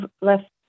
left